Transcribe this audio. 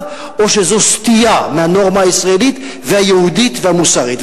או שזו סטייה מהנורמה הישראלית והיהודית והמוסרית.